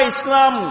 Islam